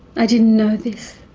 i didn't know this,